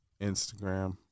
Instagram